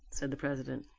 said the president.